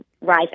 rise